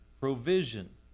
Provision